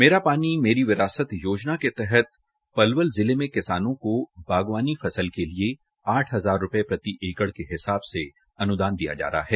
मेरा पानी मेरी विरासत योजना के तहत पलवल जिले में किसानों को बागवानी फसल के लिए आठ हजार रूपये प्रति एकड़ के हिसाब से अनुदान दिया जा रहा है